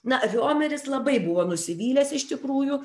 na riomeris labai buvo nusivylęs iš tikrųjų